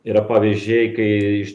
yra pavyzdžiai kai iš